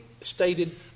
stated